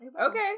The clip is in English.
Okay